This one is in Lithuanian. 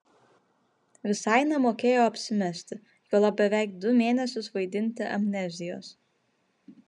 visai nemokėjo apsimesti juolab beveik du mėnesius vaidinti amnezijos